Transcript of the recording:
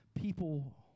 people